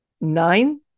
nine